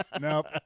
Nope